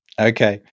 Okay